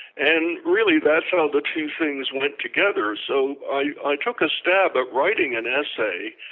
and really that's how the two things went together so i took a stab at writing an essay,